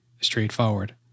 straightforward